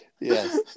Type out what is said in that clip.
Yes